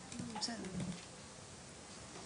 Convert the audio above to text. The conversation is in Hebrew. זה נותן כאן את כל הגמישות האפשרית.